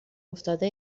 افتاده